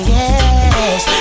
yes